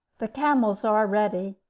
the camels are ready.